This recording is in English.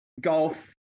Golf